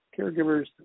caregivers